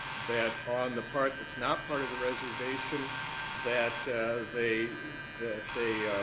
that on the part that's not part of the reservation that they that they